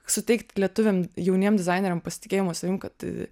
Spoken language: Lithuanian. suteikt lietuviam jauniem dizaineriam pasitikėjimo savim kad